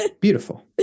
Beautiful